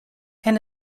and